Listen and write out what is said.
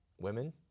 women